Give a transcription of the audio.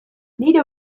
nire